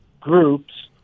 groups